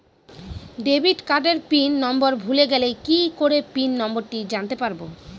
Debit কার্ডের pin number ভুলে গেলে কি করে পিন নম্বরটি জানতে পারবো?